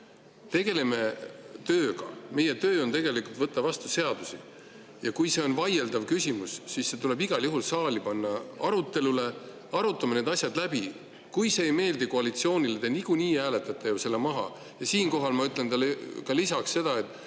tegeleme tööga! Meie töö on tegelikult võtta vastu seadusi. Ja kui see on vaieldav küsimus, siis see tuleb igal juhul saali panna arutelule. Arutame need asjad läbi! Kui see ei meeldi koalitsioonile, te niikuinii hääletate selle ju maha. Ja siinkohal ma ütlen, esiteks, teile lisaks ka seda, et